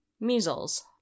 Measles